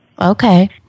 Okay